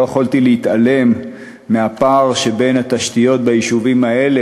לא יכולתי להתעלם מהפער שבין התשתיות ביישובים האלה